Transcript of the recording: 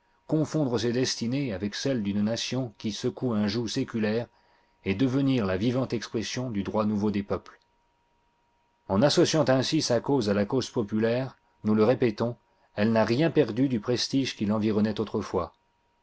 confondre ses destinées avec celles d'une nation qui secoue un joug séculaire et devenir la vivante expression du droit nouveau des peuples en digitized by google associant ainsi sa cause à la cause populaire nous le répétons elle n'a rien perdu du prestige qui l'environnait autrefois